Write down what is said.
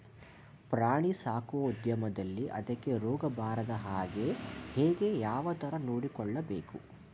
ಪ್ರಾಣಿ ಸಾಕುವ ಉದ್ಯಮದಲ್ಲಿ ಅದಕ್ಕೆ ರೋಗ ಬಾರದ ಹಾಗೆ ಹೇಗೆ ಯಾವ ತರ ನೋಡಿಕೊಳ್ಳಬೇಕು?